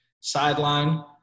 sideline